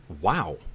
Wow